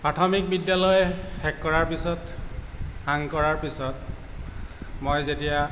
প্ৰাথমিক বিদ্যালয় শেষ কৰাৰ পিছত সাং কৰাৰ পিছত মই যেতিয়া